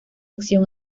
acción